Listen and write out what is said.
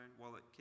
wallet